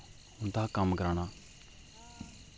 उं'दे हा कम्म कराना